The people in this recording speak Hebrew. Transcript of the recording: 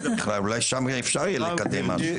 אולי שם אפשר יהיה לקדם משהו ...